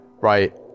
right